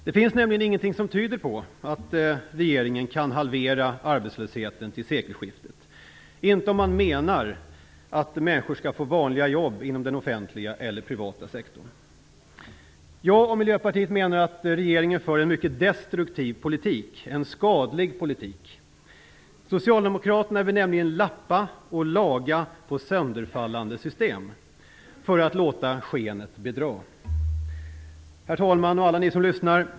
Det finns nämligen ingenting som tyder på att regeringen kan halvera arbetslösheten till sekelskiftet - inte om man menar att människor skall få vanliga jobb inom den offentliga eller privata sektorn. Miljöpartiet och jag menar att regeringen för en mycket destruktiv politik. Det är en skaldig politik. Socialdemokraterna vill nämligen lappa och laga på sönderfallande system för att låta skenet bedra. Herr talman! Alla ni som lyssnar!